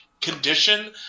condition